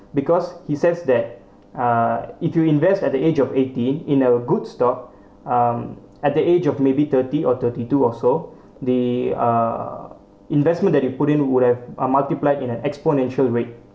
because he says that uh if you invest at the age of eighteen in a good stock um at the age of maybe thirty or thirty two also they uh investment that you put in would have multiply in an exponential rate